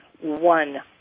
one